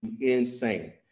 insane